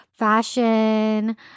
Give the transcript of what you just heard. fashion